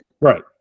Right